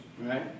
right